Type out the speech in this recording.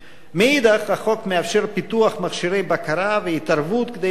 מנגד החוק מאפשר פיתוח מכשירי בקרה והתערבות כדי למנוע